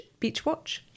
beachwatch